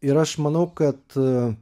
ir aš manau kad